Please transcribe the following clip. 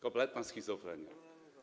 Kompletna schizofrenia.